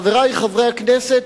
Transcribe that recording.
חברי חברי הכנסת,